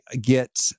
get